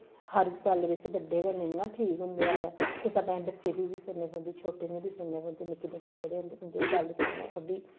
हर गल्ल बिच्च बड्डें गै नेईं नां ठीक होंदे हैन कुसै टैम बच्चें दी बी सुनना पौंदी छोटें दी बी सुननी पौंदी निक्के निक्के जेह्ड़े होंदे उं'दी बी गल्ल सुनना पौंदी